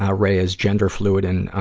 ah ray is gender fluid and, ah,